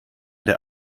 der